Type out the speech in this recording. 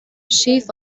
chief